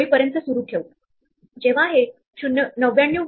अर्थात सुरुवातीचा पॉइंट या दोघांपासून तिथे पोहोचतो